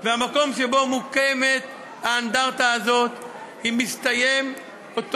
והמקום שבו מוקמת האנדרטה הזאת מסתיים,